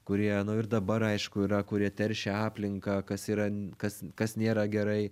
kurie nu ir dabar aišku yra kurie teršia aplinką kas yra kas kas nėra gerai